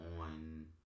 on